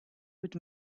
would